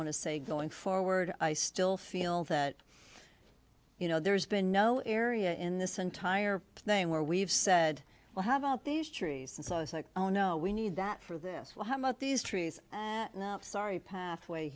want to say going forward i still feel that you know there's been no area in this entire thing where we've said well how about these trees and so i was like oh no we need that for this one how much these trees now sorry pa